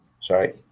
Sorry